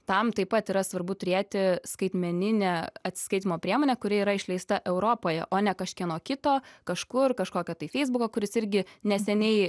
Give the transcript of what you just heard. tam taip pat yra svarbu turėti skaitmeninę atsiskaitymo priemonę kuri yra išleista europoje o ne kažkieno kito kažkur kažkokio tai feisbuko kuris irgi neseniai